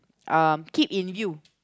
um keep in view